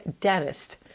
dentist